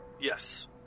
Yes